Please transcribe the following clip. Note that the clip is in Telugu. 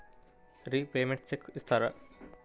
రిపేమెంట్స్ చెక్ చేస్తారా?